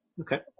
Okay